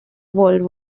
world